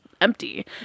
empty